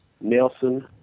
Nelson